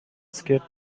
skip